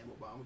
Obama